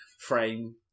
frame